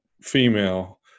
female